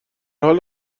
حال